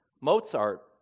Mozart